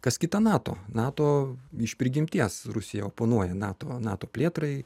kas kita nato nato iš prigimties rusija oponuoja nato nato plėtrai